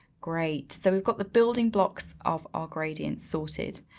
great, so we've got the building blocks of our gradient sorted.